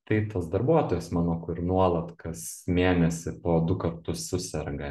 tai tas darbuotojas mano kur nuolat kas mėnesį po du kartus suserga